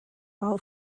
all